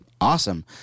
Awesome